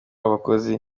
abakozi